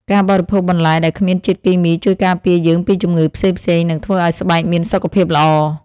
ការបរិភោគបន្លែដែលគ្មានជាតិគីមីជួយការពារយើងពីជំងឺផ្សេងៗ និងធ្វើឱ្យស្បែកមានសុខភាពល្អ។